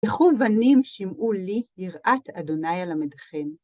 לכו בנים שמעו לי יראת ה' אלמדכם